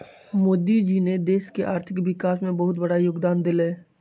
मोदी जी ने देश के आर्थिक विकास में बहुत बड़ा योगदान देलय